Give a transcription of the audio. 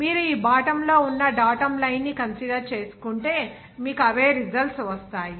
మీరు ఈ బాటమ్ లో ఉన్న డాటమ్ లైన్ ని కన్సిడర్ చేసుకుంటే మీకు అవే రిజల్ట్స్ వస్తాయి